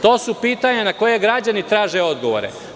To su pitanja na koja građani traže odgovore.